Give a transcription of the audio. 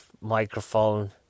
microphone